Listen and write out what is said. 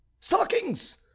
stockings